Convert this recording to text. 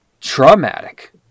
traumatic